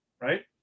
right